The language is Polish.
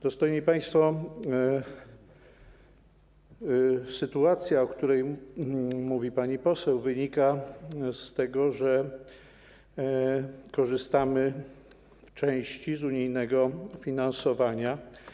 Dostojni państwo, sytuacja, o której mówi pani poseł, wynika z tego, że korzystamy w części z unijnego finansowania.